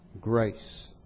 grace